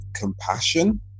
compassion